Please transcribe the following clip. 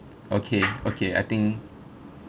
okay okay I think